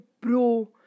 bro